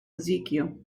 ezekiel